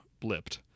blipped